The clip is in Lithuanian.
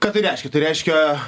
ką tai reiškia tai reiškia